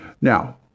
Now